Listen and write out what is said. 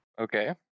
Okay